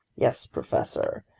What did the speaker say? yes, professor,